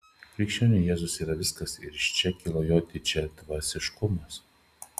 krikščioniui jėzus yra viskas ir iš čia kyla jo didžiadvasiškumas